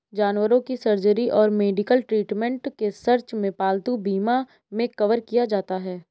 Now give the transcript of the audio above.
जानवरों की सर्जरी और मेडिकल ट्रीटमेंट के सर्च में पालतू बीमा मे कवर किया जाता है